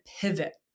pivot